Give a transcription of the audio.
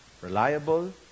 Reliable